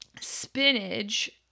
spinach